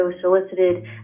solicited